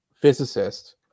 physicist